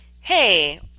hey